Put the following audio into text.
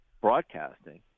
broadcasting